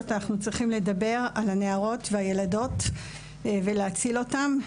אנחנו צריכים לדבר על הנערות והילדות ולהציל אותן.